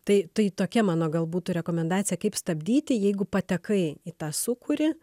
tai tai tokia mano gal būtų rekomendacija kaip stabdyti jeigu patekai į tą sūkurį